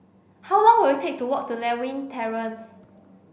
how long will it take to walk to Lewin Terrace